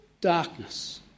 darkness